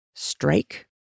strike